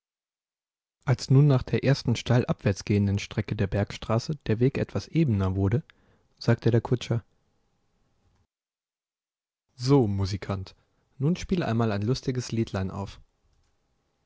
als nun nach der ersten steil abwärts gehenden strecke der bergstraße der weg etwas ebener wurde sagte der kutscher so musikant nun spiel einmal ein lustiges liedlein auf